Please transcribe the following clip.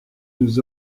nous